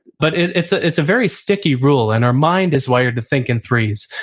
but and it's ah it's a very sticky rule, and our mind is wired to think in threes.